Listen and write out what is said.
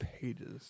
pages